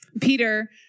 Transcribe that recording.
Peter